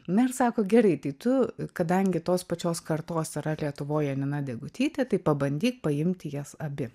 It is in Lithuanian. na ir sako gerai tai tu kadangi tos pačios kartos yra lietuvoj janina degutytė tai pabandyk paimti jas abi